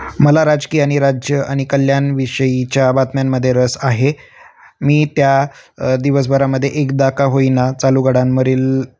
मला राजकीय आणि राज्य आणि कल्याणविषयीच्या बातम्यांमध्ये रस आहे मी त्या दिवसभरामध्ये एकदा का होईना चालू गडांंवरील